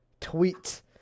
tweet